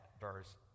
verse